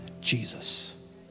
Jesus